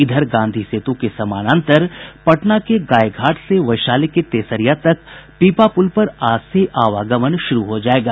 इधर गांधी सेतु के समानांतर पटना के गाय घाट से वैशाली के तेसरिया तक पीपापुल पर आज से आवागमन शुरू हो जायेगा